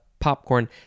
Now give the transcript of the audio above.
popcorn